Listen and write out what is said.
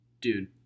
Dude